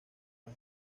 las